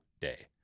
day